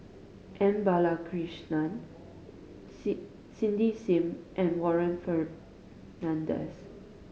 M Balakrishnan C Cindy Sim and Warren Fernandez